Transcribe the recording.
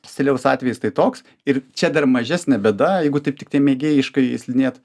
stiliaus atvejis tai toks ir čia dar mažesnė bėda jeigu taip tiktai mėgėjiškai slidinėt